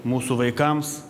mūsų vaikams